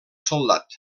soldat